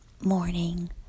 morning